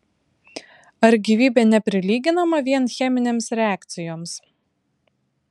ar gyvybė neprilyginama vien cheminėms reakcijoms